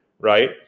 Right